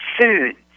foods